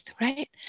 right